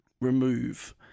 remove